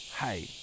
hey